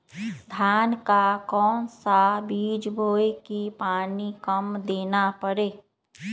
धान का कौन सा बीज बोय की पानी कम देना परे?